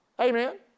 Amen